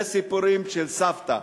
זה סיפורים של סבתא,